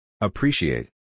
Appreciate